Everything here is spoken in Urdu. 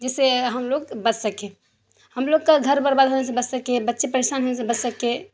جس سے ہم لوگ بچ سکیں ہم لوگ کا گھر برباد ہونے سے بچ سکے بچے پریشان ہونے سے بچ سکے